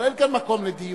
אבל אין כאן מקום לדיון.